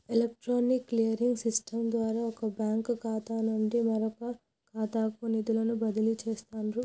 electronic clearing system ద్వారా వొక bank ఖాతా నుండి మరొకఖాతాకు నిధులను బదిలీ చేస్తండ్రు